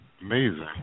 Amazing